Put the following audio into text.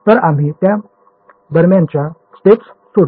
तर आम्ही त्या दरम्यानच्या स्टेप्स सोडल्या